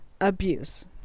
abuse